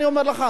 אני אומר לך,